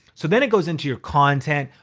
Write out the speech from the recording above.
so then it goes into your content,